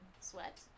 sweat